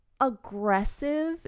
aggressive